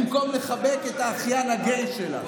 במקום לחבק את האחיין הגיי שלך,